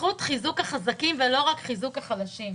בזכות חיזוק החזקים ולא רק חיזוק החלשים.